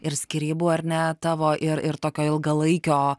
ir skyrybų ar ne tavo ir ir tokio ilgalaikio